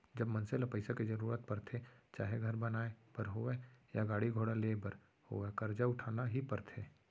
जब मनसे ल पइसा के जरुरत परथे चाहे घर बनाए बर होवय या गाड़ी घोड़ा लेय बर होवय करजा उठाना ही परथे